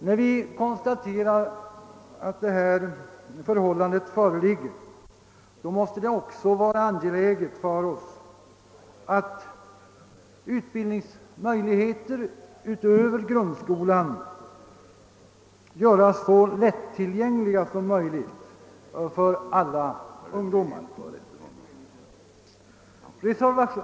När vi konstaterar att det förhåller sig på detta sätt, måste det också vara angeläget för oss att utbildningsmöjligheter utöver dem som grundskolan ger görs så lättillgängliga som möjligt för alla ungdomar.